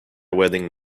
wedding